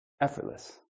effortless